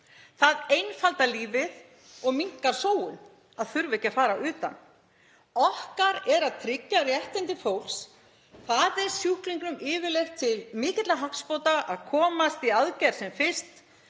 Það einfaldar lífið og minnkar sóun að þurfa ekki að fara utan. Okkar er að tryggja réttindi fólks. Það er sjúklingnum yfirleitt til mikilla hagsbóta að komast í aðgerð sem fyrst,